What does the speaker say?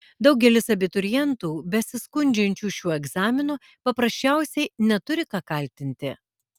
daugelis abiturientų besiskundžiančių šiuo egzaminu paprasčiausiai neturi ką kaltinti